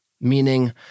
meaning